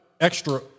extra